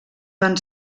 van